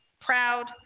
proud